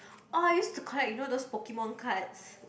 oh I used to collect you know those Pokemon cards